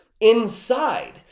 inside